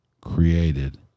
created